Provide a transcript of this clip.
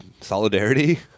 solidarity